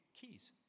keys